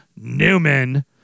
Newman